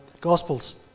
Gospels